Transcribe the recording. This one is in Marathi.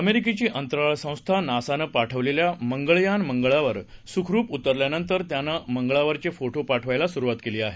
अमेरिकेची अंतराळ संस्था नासानं पाठवलेलं मंगळयान मंगळावर सुखरूप उतरल्यानंतर त्यानं मंगळावरचे फोटो पाठवायला सुरुवात केली आहे